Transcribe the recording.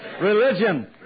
religion